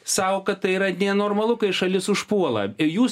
sau kad tai yra nenormalu kai šalis užpuola ir jūs